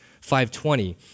5.20